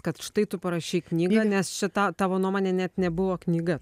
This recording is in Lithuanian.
kad štai tu parašei knygą nes šita tavo nuomone net nebuvo knyga